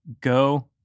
go